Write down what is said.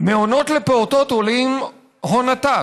מעונות לפעוטות עולים הון עתק,